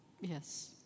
yes